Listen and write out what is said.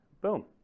boom